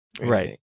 right